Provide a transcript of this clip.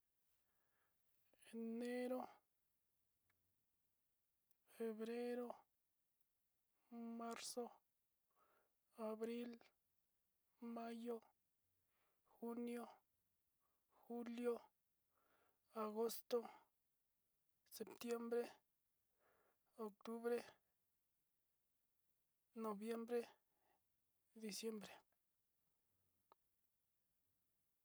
Enero, febrero, marzo, abril, mayo, junio, julio, agosto, septiembre, octubre, noviembre, diciembre.